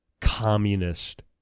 Communist